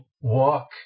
Walk